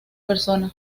persona